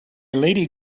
lady